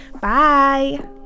Bye